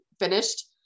finished